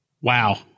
Wow